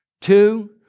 Two